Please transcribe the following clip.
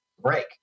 break